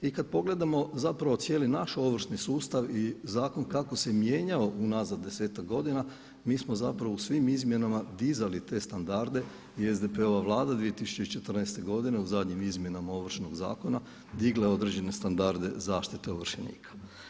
I kad pogledamo zapravo cijeli naš ovršni sustav i zakon kako se mijenjao unazad desetak godina mi smo zapravo u svim izmjenama dizali te standarde i SDP-ova Vlada 2014. godine u zadnjim izmjenama Ovršnog zakona digla je određene standarde zaštite ovršenika.